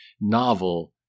novel